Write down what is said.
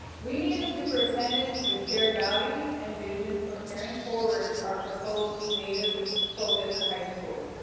we need a superintendent with shared values and vision for carrying forward our proposed native focused high school.